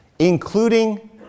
including